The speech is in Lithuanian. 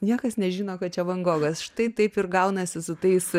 niekas nežino kad čia van gogas štai taip ir gaunasi su tais